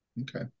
okay